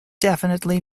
definitely